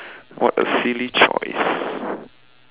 what a silly choice